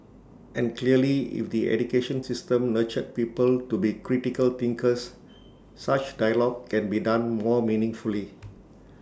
and clearly if the education system nurtured people to be critical thinkers such dialogue can be done more meaningfully